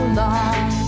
long